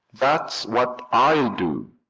that's what i'll do.